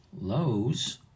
Lowe's